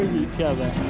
each other,